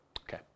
Okay